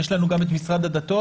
יש לנו גם את משרד הדתות.